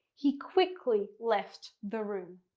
he quickly left the room